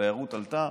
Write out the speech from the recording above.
התיירות עלתה.